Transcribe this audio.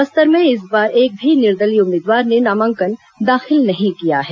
बस्तर में इस बार एक भी निर्दलीय उम्मीदवार ने नामांकन दाखिल नहीं किया है